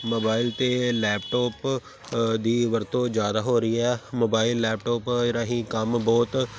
mobile ਅਤੇ laptop ਦੀ ਵਰਤੋਂ ਜ਼ਿਆਦਾ ਹੋ ਰਹੀ ਹੈ ਮੋਬਾਇਲ ਲੈਪਟੋਪ ਰਾਹੀਂ ਕੰਮ ਬਹੁਤ